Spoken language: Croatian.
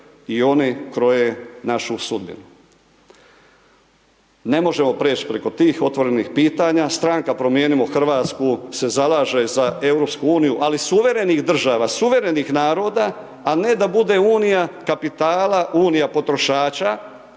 i oni kroje našu sudbinu. Ne možemo prijeći preko tih otvorenih pitanja, stranka Promijenimo Hrvatsku se zalaže za EU ali suverenih država, suverenih naroda a ne da bude unija kapitala, unija potrošača